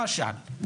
למשל,